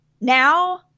now